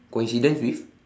coincidence with